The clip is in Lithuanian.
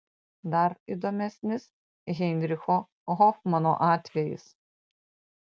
dar įdomesnis heinricho hofmano atvejis